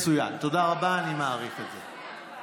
מצוין, תודה רבה, אני מעריך את זה.